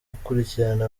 gukurikirana